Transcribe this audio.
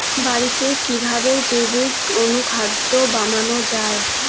বাড়িতে কিভাবে জৈবিক অনুখাদ্য বানানো যায়?